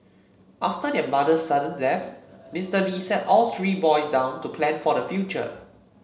after their mother's sudden death Mister Li sat all three boys down to plan for the future